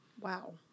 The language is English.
Wow